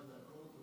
זה הכול לאותו מקום.